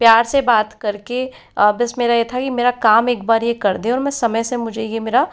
प्यार से बात करके बस मेरा यह था कि मेरा काम एक बार यह कर दे और मैं और समय से मुझे यह मेरा